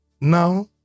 now